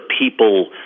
people